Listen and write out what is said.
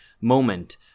moment